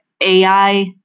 AI